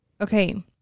Okay